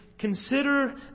Consider